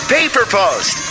PaperPost